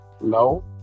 No